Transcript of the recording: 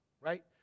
Right